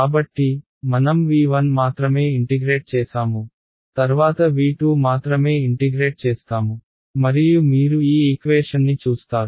కాబట్టి మనం V1 మాత్రమే ఇంటిగ్రేట్ చేసాము తర్వాత V2 మాత్రమే ఇంటిగ్రేట్ చేస్తాము మరియు మీరు ఈ ఈక్వేషన్ని చూస్తారు